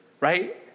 right